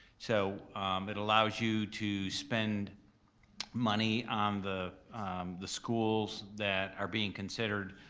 so it allows you to spend money on the the schools that are being considered